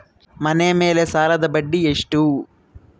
ಮನೆ ಮೇಲೆ ಸಾಲದ ಬಡ್ಡಿ ಎಷ್ಟು?